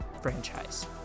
franchise